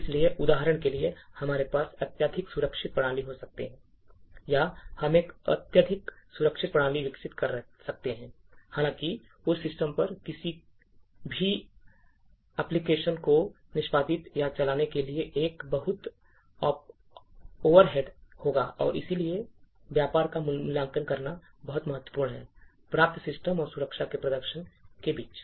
इसलिए उदाहरण के लिए हमारे पास अत्यधिक सुरक्षित प्रणाली हो सकती है या हम एक अत्यधिक सुरक्षित प्रणाली विकसित कर सकते हैं हालांकि उस सिस्टम पर किसी भी एप्लिकेशन को निष्पादित या चलाने के लिए एक बहुत बड़ा ओवरहेड होगा और इसलिए व्यापार का मूल्यांकन करना बहुत महत्वपूर्ण है प्राप्त सिस्टम और सुरक्षा के प्रदर्शन के बीच